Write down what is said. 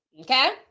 Okay